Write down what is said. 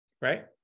right